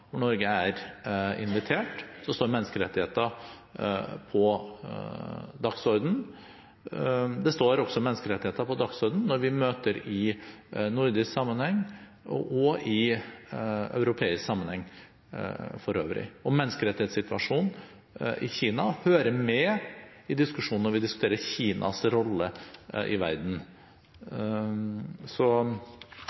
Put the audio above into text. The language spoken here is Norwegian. hvor Norge er invitert, står menneskerettigheter på dagsordenen. Det står også menneskerettigheter på dagsordenen når vi møtes i nordisk sammenheng – og i europeisk sammenheng for øvrig – og menneskerettighetssituasjonen i Kina hører med i diskusjonen når vi diskuterer Kinas rolle i verden.